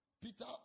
Peter